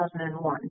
2001